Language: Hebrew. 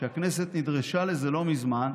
הכנסת נדרשה לזה לא מזמן,